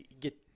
get